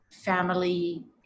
family